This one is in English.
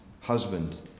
husband